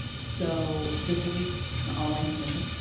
so, this will be an online submission.